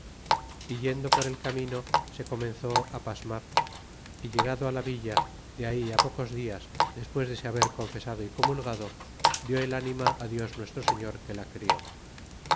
yendo por el camino se comenzó á pasmar y legado la villa de ahí pocos dias despues de se haber confesado y comulgado di el ánima dios nuestro señor que la crió